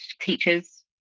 teachers